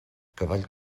cavall